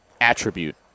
attribute